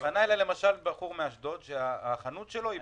פנה אליי למשל בחור מאשדוד שהחנות שלו היא